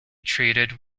treated